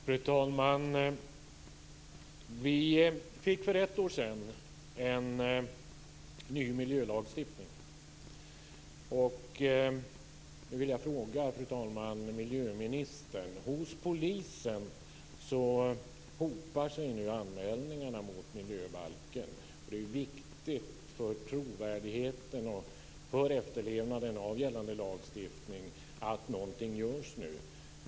Fru talman! För ett år sedan fick vi en ny miljölagstiftning. Jag vill ställa en fråga miljöministern. Hos polisen hopar sig nu anmälningarna mot miljöbalken. Men det är viktigt för trovärdigheten och för efterlevnaden av gällande lagstiftning att någonting görs nu.